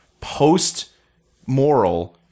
post-moral